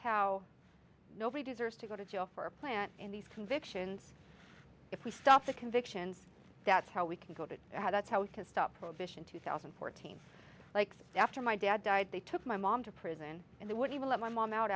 how nobody deserves to go to jail for a plant and these convictions if we stop the convictions that's how we can go to how that's how we can stop prohibition two thousand and fourteen likes after my dad died they took my mom to prison and they would even let my mom out